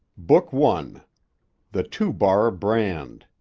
book one the two-bar brand